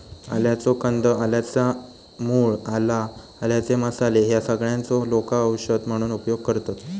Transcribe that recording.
आल्याचो कंद, आल्याच्या मूळ, आला, आल्याचे मसाले ह्या सगळ्यांचो लोका औषध म्हणून उपयोग करतत